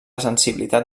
sensibilitat